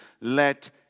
let